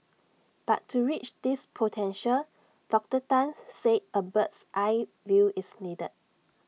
but to reach this potential Doctor Tan said A bird's eye view is needed